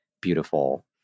beautiful